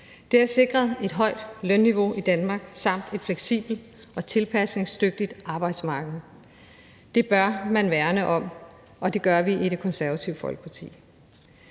Det har sikret et højt lønniveau i Danmark samt et fleksibelt og tilpasningsdygtigt arbejdsmarked. Det bør man værne om, og det gør vi i Det Konservative Folkeparti.